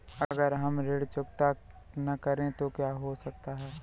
अगर हम ऋण चुकता न करें तो क्या हो सकता है?